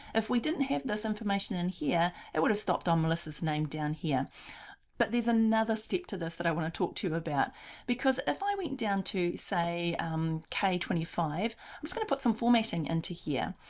if we didn't have this information in here it would have stopped on melissa's name down here but there's another step to this that i want to talk to you about because if i went down to say um k two five i'm just going to put some formatting into here.